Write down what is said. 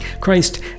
Christ